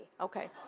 Okay